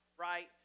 Right